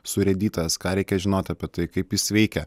surėdytas ką reikia žinot apie tai kaip jis veikia